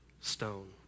stone